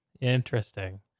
Interesting